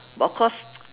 but of course